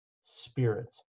spirit